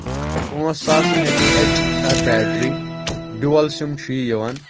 پانٛژھ ساس M A H چھُ اتھ بیٹری ڈول سِم چھُ یہِ یِوان